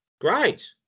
great